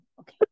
Okay